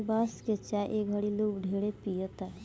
बांस के चाय ए घड़ी लोग ढेरे पियता